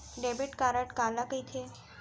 Debit card काला कहिथे?